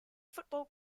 football